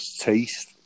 taste